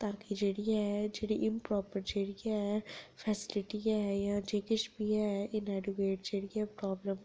तां कि जेह्ड़ी ऐ जेह्ड़ी प्राॅब्लम जेह्ड़ी है'न फैसिलिटी है'न जां जे किश बी ऐ एह् इनएडक्वैट जेह्ड़ियां प्राॅब्लमस